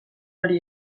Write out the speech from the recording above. hori